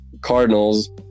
Cardinals